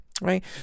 right